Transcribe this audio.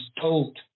told